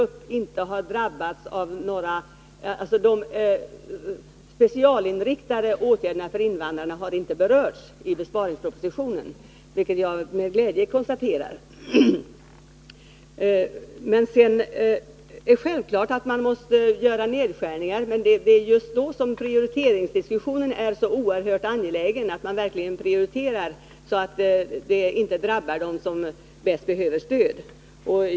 De specialinriktade åtgärderna för invandrarna har inte berörts i besparingspropositionen, vilket jag med glädje konstaterar. Självfallet måste nedskärningar göras, men det är just då som prioriteringsdiskussionen är så oerhört angelägen. Det gäller att verkligen prioritera på ett sådant sätt att inte de drabbas som bäst behöver stöd.